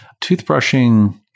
Toothbrushing